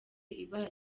ibara